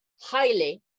highly